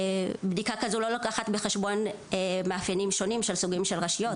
בדיקה כזו לא לוקחת בחשבון מאפיינים שונים של סוגים של רשויות,